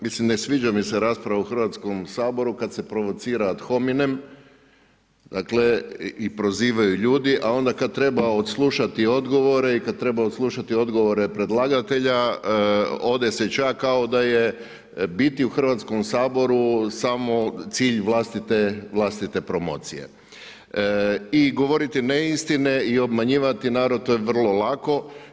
Mislim ne sviđa mi se rasprava u Hrvatskom saboru kada se provocira ad hominem i prozivaju ljudi, a onda kada treba odslušati odgovore i kada treba odslušati odgovore predlagatelja ode se čak kao da je biti u Hrvatskom saboru samo cilj vlastite promocije i govoriti neistine i obmanjivati narod, to je vrlo lako.